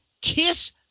kiss